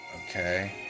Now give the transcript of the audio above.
okay